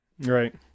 Right